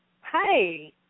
Hi